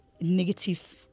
negative